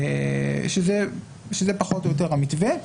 שזה פחות או יותר המתווה.